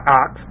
ox